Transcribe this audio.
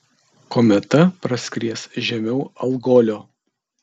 kometa praskries žemiau algolio